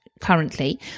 currently